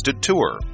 tour